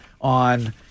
on